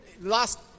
last